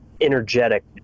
energetic